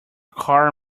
car